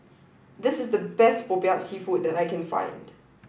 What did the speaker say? this is the best Popiah seafood that I can find